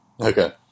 Okay